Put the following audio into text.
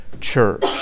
church